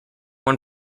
one